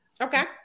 Okay